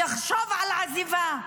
יחשוב על עזיבה.